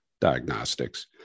Diagnostics